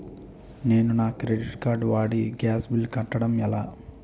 నేను నా credit card వాడి గ్యాస్ బిల్లు కట్టడం ఎలా?